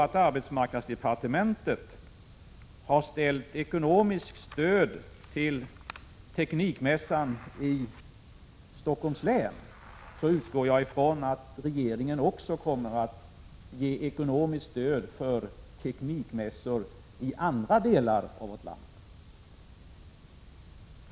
Om arbetsmarknadsdepartementet har gett ekonomiskt stöd till teknikmässor i Stockholms län utgår jag ifrån att regeringen också kommer att ge ekonomiskt stöd för teknikmässor i andra delar av vårt land.